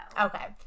Okay